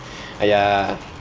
!aiya!